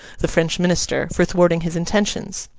the french minister, for thwarting his intentions.